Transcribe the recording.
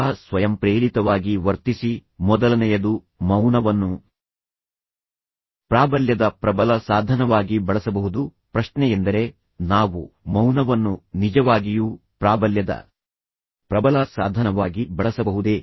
ತುಂಬಾ ಸ್ವಯಂಪ್ರೇರಿತವಾಗಿ ವರ್ತಿಸಿ ಮೊದಲನೆಯದು ಮೌನವನ್ನು ಪ್ರಾಬಲ್ಯದ ಪ್ರಬಲ ಸಾಧನವಾಗಿ ಬಳಸಬಹುದು ಪ್ರಶ್ನೆಯೆಂದರೆ ನಾವು ಮೌನವನ್ನು ನಿಜವಾಗಿಯೂ ಪ್ರಾಬಲ್ಯದ ಪ್ರಬಲ ಸಾಧನವಾಗಿ ಬಳಸಬಹುದೇ